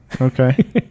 Okay